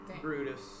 Brutus